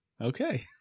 Okay